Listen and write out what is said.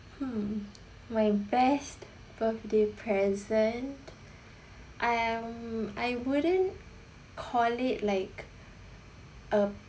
mm my best birthday present um I wouldn't call it like a